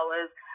hours